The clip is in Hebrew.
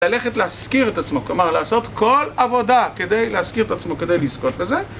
ללכת להשכיר את עצמו, כלומר לעשות כל עבודה כדי להשכיר את עצמו, כדי לזכות בזה